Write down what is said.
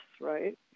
right